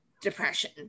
depression